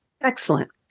Excellent